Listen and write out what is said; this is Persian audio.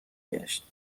گشت